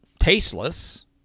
Tasteless